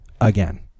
again